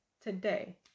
today